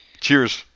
Cheers